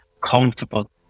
comfortable